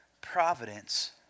providence